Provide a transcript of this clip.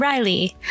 Riley